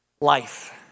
life